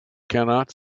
cannot